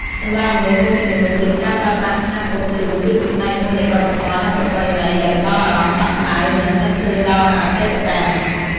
សម្រាប់មនុស្សមួយចំនួនទៀត ការប្រើប្រាស់ឆ្នាំងអ៊ុតធ្យូងគឺជាផ្នែកមួយនៃវប្បធម៌ និងប្រពៃណី ដែលផ្តល់អារម្មណ៍កក់ក្ដៅ និងនឹកឃើញដល់អតីតកាល។